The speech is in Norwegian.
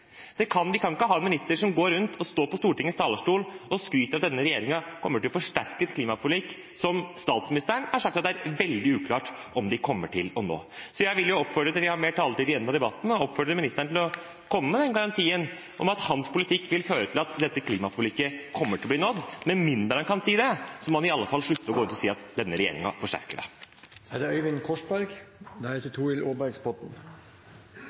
Vi kan ikke ha en minister som går rundt og står på Stortingets talerstol og skryter av at denne regjeringen kommer til å forsterke et klimaforlik som statsministeren har sagt at er veldig uklart om vi kommer til å nå. Jeg har mer taletid igjen i debatten, så vil jeg oppfordre ministeren til å komme med den garantien om at hans politikk vil føre til at dette klimaforliket kommer til å bli nådd. Med mindre han kan si det, må han iallfall slutte å gå rundt og si at denne regjeringen forsterker det. La meg først si at jeg synes det